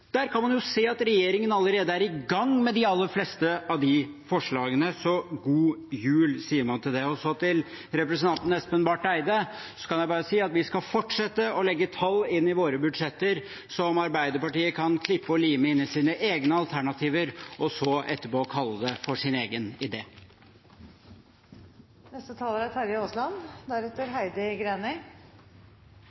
Der kan man se at regjeringen allerede er i gang med de aller fleste av de forslagene. God jul, sier man til det. Til representanten Espen Barth Eide kan jeg bare si at vi skal fortsette å legge inn tall i våre budsjetter som Arbeiderpartiet kan klippe og lime inn i sine egne alternativer, og så etterpå kalle det for sin egen